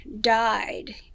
died